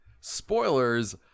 Spoilers